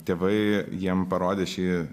tėvai jiems parodė šį